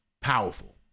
powerful